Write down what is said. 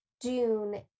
Dune